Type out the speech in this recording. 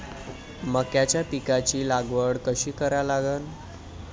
मक्याच्या पिकाची लागवड कशी करा लागन?